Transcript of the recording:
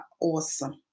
awesome